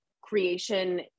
creation